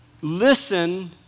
listen